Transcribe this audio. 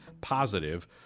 positive